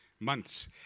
Months